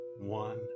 one